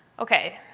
okay.